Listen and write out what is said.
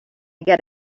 get